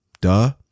duh